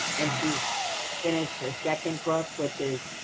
and she's finished her second book which is,